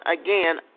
again